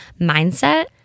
mindset